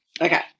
Okay